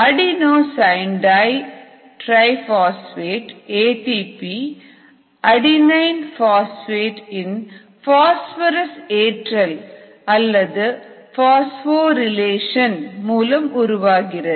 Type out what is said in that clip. அடினோ sign triphosphate adenine phosphate இன் phosphorus ஏற்றல் அல்லது பாஸ்பரிலேஷன் மூலம் உருவாகிறது